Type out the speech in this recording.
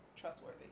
trustworthy